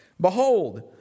behold